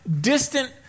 distant